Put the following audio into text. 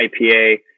IPA